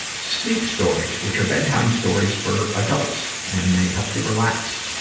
sleep stories, which are bedtime stories for adults, and they help you relax.